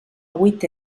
huit